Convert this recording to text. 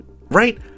right